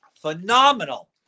phenomenal